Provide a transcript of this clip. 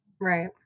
Right